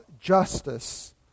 justice